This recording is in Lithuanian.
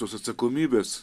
tos atsakomybės